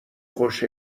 خوش